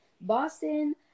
Boston